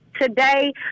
Today